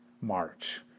March